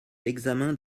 l’examen